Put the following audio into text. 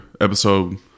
episode